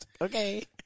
Okay